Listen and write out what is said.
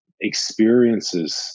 experiences